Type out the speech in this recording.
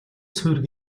суурь